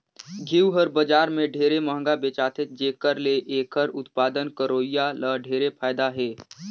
घींव हर बजार में ढेरे मंहगा बेचाथे जेखर ले एखर उत्पादन करोइया ल ढेरे फायदा हे